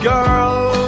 Girl